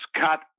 cut